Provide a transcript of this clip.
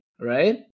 right